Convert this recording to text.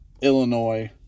Illinois